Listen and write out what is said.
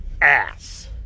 ass